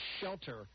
SHELTER